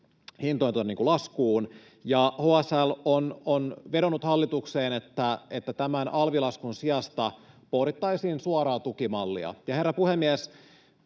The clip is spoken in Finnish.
hintojen laskuun. HSL on vedonnut hallitukseen, että tämän alvilaskun sijasta pohdittaisiin suoraa tukimallia. Herra puhemies,